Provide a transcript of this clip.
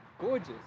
Gorgeous